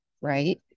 right